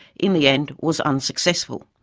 in the end was unsuccessful.